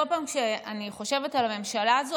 כל פעם שאני חושבת על הממשלה הזאת,